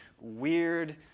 weird